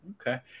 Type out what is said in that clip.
Okay